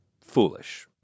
foolish